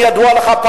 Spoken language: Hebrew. אם ידוע לך,